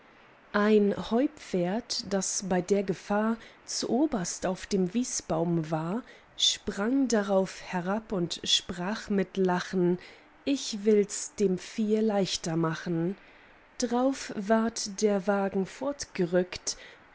ein heupferd das bei der gefahr zuoberst auf dem wiesbaum war sprang drauf herab und sprach mit lachen ich wills dem viehe leichter machen drauf ward der wagen